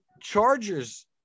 Chargers